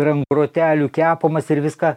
rankų grotelių kepamas ir viską